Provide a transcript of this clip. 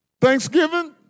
Thanksgiving